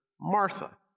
Martha